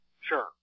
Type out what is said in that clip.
Sure